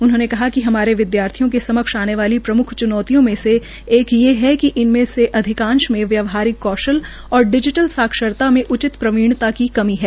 उन्होंने कहा कि हमारे विद्यार्थियों के समक्ष आने वाली प्रम्ख च्नौतियों में से एक ये है कि इनमें अधिकांश में व्यवाहरिक कौशल और डिजीटल साक्षरता में उचित प्रवीणता की कमी है